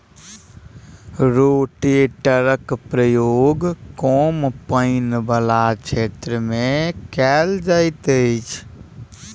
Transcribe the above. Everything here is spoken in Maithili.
रोटेटरक प्रयोग कम पाइन बला क्षेत्र मे कयल जाइत अछि